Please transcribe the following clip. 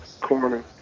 corner